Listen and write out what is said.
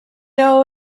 know